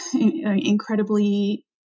incredibly